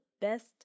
best